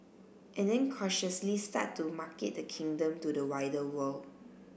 and then cautiously start to market the kingdom to the wider world